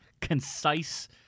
concise